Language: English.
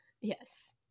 Yes